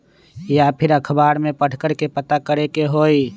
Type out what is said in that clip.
या फिर अखबार में पढ़कर के पता करे के होई?